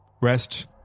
rest